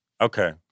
okay